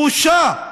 בושה,